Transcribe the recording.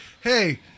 hey